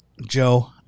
Joe